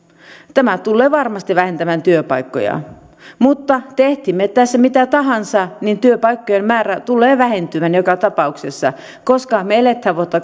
tämä tullee varmasti vähentämään työpaikkoja mutta teemme tässä mitä tahansa työpaikkojen määrä tulee vähentymään joka tapauksessa koska me elämme vuotta